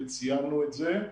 וציינו את זה.